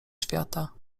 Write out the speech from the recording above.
świata